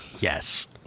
Yes